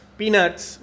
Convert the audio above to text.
peanuts